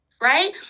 right